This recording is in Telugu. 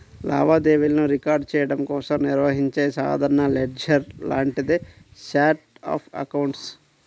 లావాదేవీలను రికార్డ్ చెయ్యడం కోసం నిర్వహించే సాధారణ లెడ్జర్ లాంటిదే ఛార్ట్ ఆఫ్ అకౌంట్స్